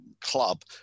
club